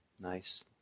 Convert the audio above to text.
nice